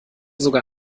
sogar